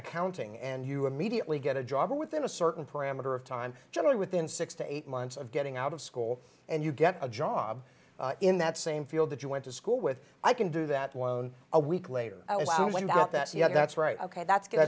accounting and you immediately get a job or within a certain parameter of time generally within six to eight months of getting out of school and you get a job in that same field that you went to school with i can do that while a week later i was about that yeah that's right ok that's good